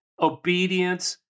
obedience